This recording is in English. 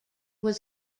was